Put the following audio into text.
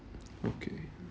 okay